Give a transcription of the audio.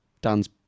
dan's